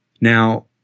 Now